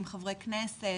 ועם חברי כנסת,